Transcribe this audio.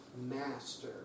master